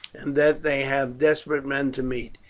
and that they have desperate men to meet.